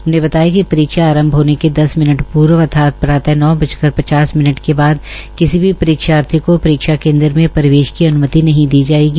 उन्होने बताया कि परीक्षा आरंभा होने के दस मिनट पूर्व अर्थात प्रात नौ बौ कर पचास मिनट के बाद किसी भी परीक्षार्थी को परीक्षा केन्द्र में प्रवेश की अन्मति नहीं दी थायेगी